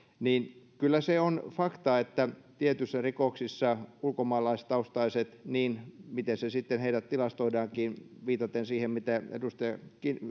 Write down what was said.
kyllä se on fakta että tietyissä rikoksissa ulkomaalaistaustaiset miten heidät sitten tilastoidaankin viitaten siihen mitä edustaja